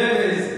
רמז?